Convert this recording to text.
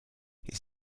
his